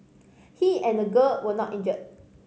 he and the girl were not injured